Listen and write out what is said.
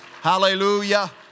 Hallelujah